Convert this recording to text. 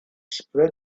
spread